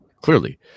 clearly